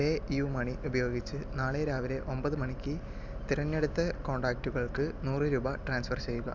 പേയുമണി ഉപയോഗിച്ച് നാളെ രാവിലെ ഒമ്പത് മണിക്ക് തിരഞ്ഞെടുത്ത കോൺടാക്റ്റുകൾക്ക് നൂറ് രൂപ ട്രാൻസ്ഫർ ചെയ്യുക